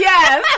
Yes